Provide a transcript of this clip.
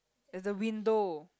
there's the window